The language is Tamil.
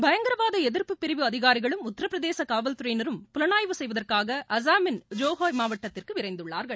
பயங்கரவாத எதிாப்பு பிரிவு அதிகாரிகளும் உத்தரபிரதேச காவல்துறையினரும் புலனாய்வு செய்வதற்காக அசாமின் ஹோஜாய் மாவட்டத்துக்கு விரைந்துள்ளார்கள்